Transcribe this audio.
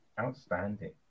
Outstanding